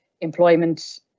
employment